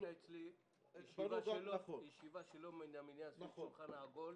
היתה אצלי ישיבה שלא מן המניין של שולחן עגול,